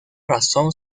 razón